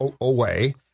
away